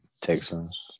Texans